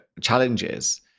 challenges